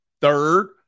third